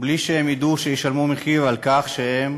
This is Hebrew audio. בלי שהם ידעו שישלמו מחיר על כך שהם